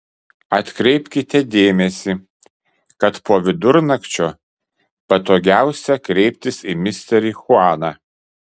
atkreipkite dėmesį kad po vidurnakčio patogiausia kreiptis į misterį chuaną